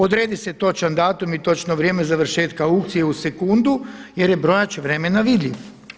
Odredi se točan datum i točno vrijeme završetka aukcije u sekundu jer je brojač vremena vidljiv.